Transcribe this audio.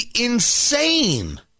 insane